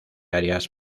áreas